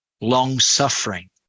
long-suffering